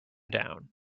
down